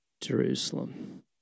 Jerusalem